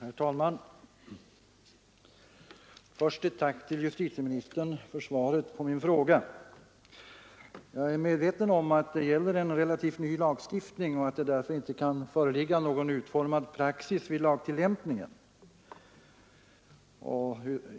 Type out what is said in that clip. Herr talman! Först ett tack till justitieministern för svaret på min fråga. Jag är medveten om att det gäller en relativt ny lagstiftning och att det därför inte kan föreligga någon utformad praxis vid lagtillämpningen.